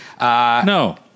No